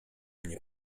mnie